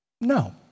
No